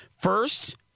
First